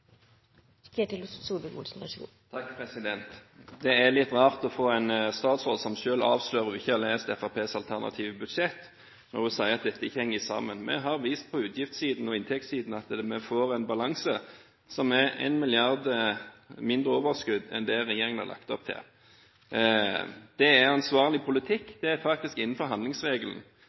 litt rart å høre en statsråd som avslører at hun ikke har lest Fremskrittspartiets alternative budsjett – når hun sier at dette ikke henger sammen. Vi har på utgiftssiden og på inntektssiden vist at vi får en balanse, med 1 mrd. kr mindre i overskudd enn det regjeringen har lagt opp til. Det er ansvarlig politikk, det er faktisk innenfor handlingsregelen.